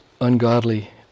ungodly